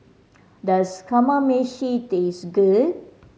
does Kamameshi taste good